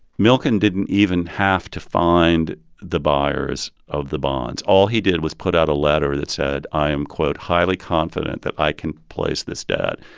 milken didn't even have to find the buyers of the bonds. all he did was put out a letter that said, i am, quote, highly confident that i can place this debt.